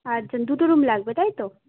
আটজন দুটো রুম লাগবে তাই তো